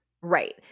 Right